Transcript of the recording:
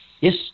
Yes